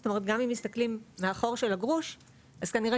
זאת אומרת גם אם מסתכלים מהחור של הגרוש אז כנראה